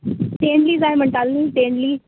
तेंडली जाय म्हणटाली नी तेंडली